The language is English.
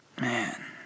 man